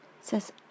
Says